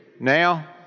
Now